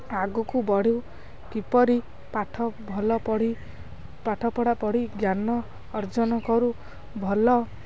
ଆଗକୁ ବଢ଼ୁ କିପରି ପାଠ ଭଲ ପଢ଼ି ପାଠ ପଢ଼ା ପଢ଼ି ଜ୍ଞାନ ଅର୍ଜନ କରୁ ଭଲ